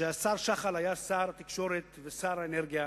כאשר שחל היה שר התקשורת ושר האנרגיה,